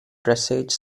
dressage